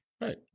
right